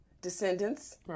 descendants